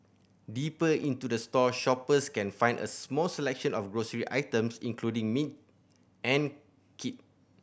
deeper into the store shoppers can find a small selection of grocery items including meat and kit